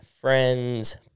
friends